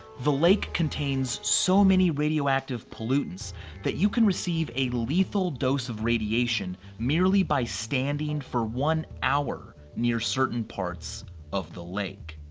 the lake contains so many radioactive pollutants that you can receive a lethal dose of radiation merely by standing for one hour near certain parts of the lake.